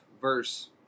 verse